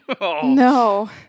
No